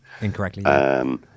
Incorrectly